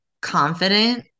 confident